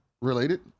related